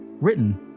Written